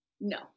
no